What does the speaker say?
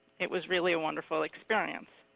it was really a wonderful experience.